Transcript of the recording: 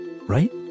right